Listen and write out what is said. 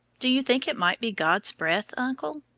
do you think it might be god's breath, uncle?